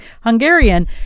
Hungarian